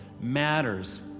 matters